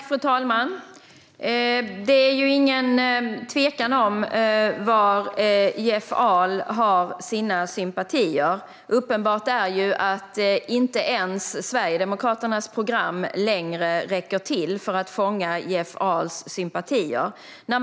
Fru talman! Det är ingen tvekan om var Jeff Ahl har sina sympatier. Uppenbart är att inte ens Sverigedemokraternas program längre räcker till för att fånga Jeff Ahls sympatier.